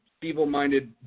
feeble-minded